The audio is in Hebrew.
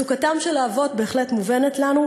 מצוקתם של האבות בהחלט מובנת לנו,